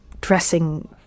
dressing